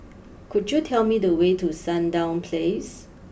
could you tell me the way to Sandown place